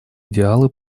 идеалы